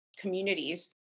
communities